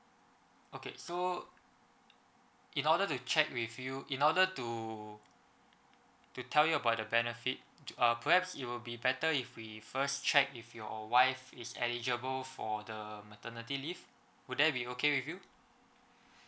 okay so in order to check with you in order to to tell you about the benefit uh perhaps you will be better if we first check if your wife is eligible for the maternity leave would there be okay with you